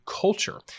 culture